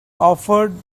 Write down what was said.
offered